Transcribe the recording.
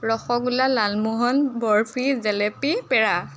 rasgulla lalmohan barfi jalebi পেৰা